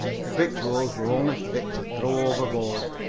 the victuals were only fit to throw overboard.